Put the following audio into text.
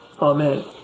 Amen